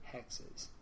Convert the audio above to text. Hexes